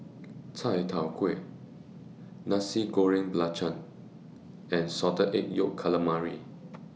Chai Tow Kway Nasi Goreng Belacan and Salted Egg Yolk Calamari